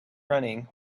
running